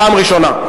פעם ראשונה.